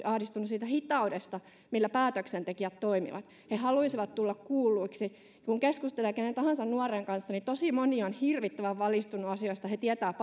ahdistuneet siitä hitaudesta millä päätöksentekijät toimivat he he haluaisivat tulla kuulluiksi ja kun keskustelee kenen tahansa nuoren kanssa tosi moni on hirvittävän valistunut asioista he tietävät